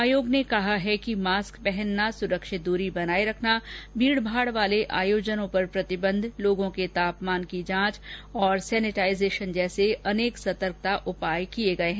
आयोग ने कहा कि मास्क पहनना सुरक्षित दूरी बनाए रखना भीड वाले आयोजनों पर प्रतिबंध लोगों के तापमान की जांच और सेनिटाइजेशन जैसे अनेक सतर्कता उपाय किये गये हैं